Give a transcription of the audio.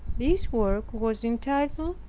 this work was entitled,